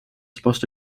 supposed